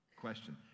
Question